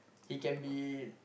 he can be